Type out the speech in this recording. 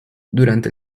durante